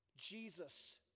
Jesus